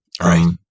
Right